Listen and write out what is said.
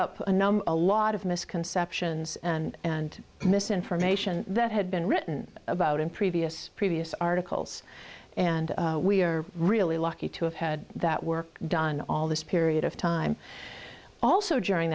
up a lot of misconceptions and misinformation that had been written about in previous previous articles and we are really lucky to have had that work done all this period of time also during